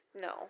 No